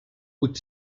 huit